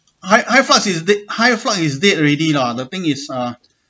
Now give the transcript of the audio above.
hy~ Hyflux is dead Hyflux is dead already lah the thing is uh